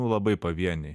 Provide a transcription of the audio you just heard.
nu labai pavieniai